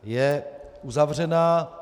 Je uzavřená.